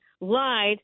lied